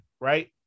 right